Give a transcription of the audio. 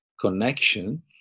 connection